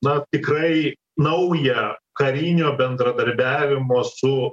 na tikrai naują karinio bendradarbiavimo su